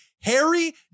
Harry